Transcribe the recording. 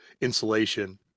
insulation